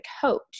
coach